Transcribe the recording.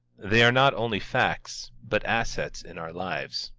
they are not only facts, but assets in our lives.